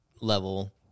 level